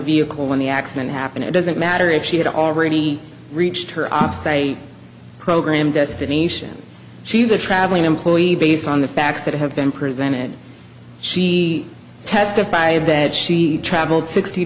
vehicle when the accident happened it doesn't matter if she had already reached her os a program destination shiva travelling employee based on the facts that have been presented she testified that she traveled sixty